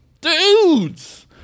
Dudes